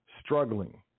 struggling